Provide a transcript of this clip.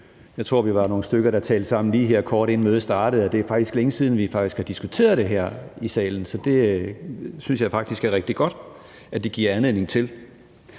Jeg tror, vi var nogle stykker, der talte sammen lige her, kort inden mødet startede, om, at det faktisk er længe siden, at vi har diskuteret det her i salen, så det synes jeg faktisk er rigtig godt at det giver anledning til.